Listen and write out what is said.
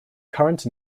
current